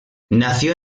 nació